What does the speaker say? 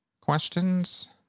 questions